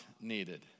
needed